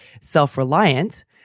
self-reliant